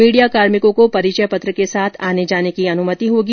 media कार्मिकों को परिचय पत्र के साथ आने जाने की अनुमति होगी